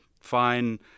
fine